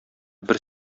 бер